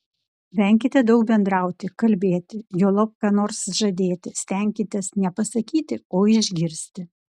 venkite daug bendrauti kalbėti juolab ką nors žadėti stenkitės ne pasakyti o išgirsti